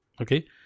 Okay